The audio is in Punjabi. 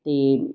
ਅਤੇ